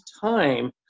time